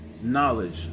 knowledge